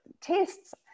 tests